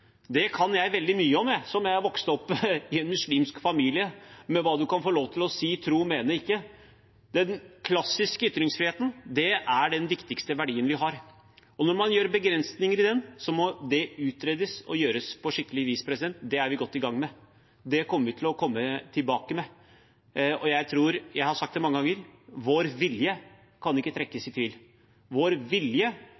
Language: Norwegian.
Det kan jeg veldig mye om, som har vokst opp i en muslimsk familie – om hva man kan få lov til å si, tro og mene, og ikke. Den klassiske ytringsfriheten er den viktigste verdien vi har, og når man foretar begrensninger i den, må det utredes på skikkelig vis. Det er vi godt i gang med. Det kommer vi til å komme tilbake til. Og jeg har sagt det mange ganger: Vår vilje kan ikke